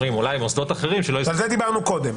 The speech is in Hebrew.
אומרים שאולי מוסדות אחרים --- על זה דיברנו קודם.